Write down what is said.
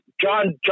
John